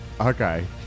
Okay